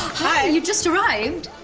hi! you've just arrived?